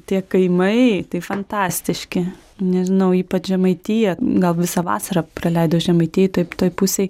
tie kaimai tai fantastiški nežinau ypač žemaitija gal visą vasarą praleidau žemaitijoj toj toj pusėj